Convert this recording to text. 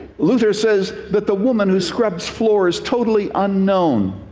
luther says that the woman who scrubs floors, totally unknown,